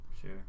Sure